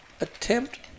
attempt